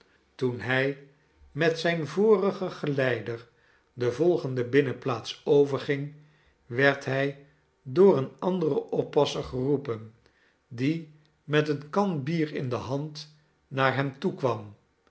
toen hij met z'yn vorigen geleider de volgende binnenplaats overging werd hij door een anderen oppasser geroepen die met eene kan bier in de hand naar hem toekwam